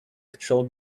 control